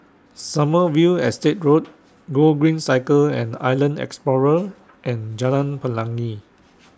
Sommerville Estate Road Gogreen Cycle and Island Explorer and Jalan Pelangi